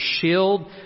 shield